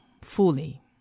fully